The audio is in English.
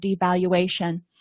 devaluation